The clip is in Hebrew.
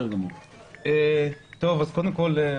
מאה אחוז.